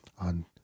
on